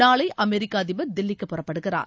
நாளை அமெரிக்க அதிபர் தில்லிக்கு புறப்படுகிறார்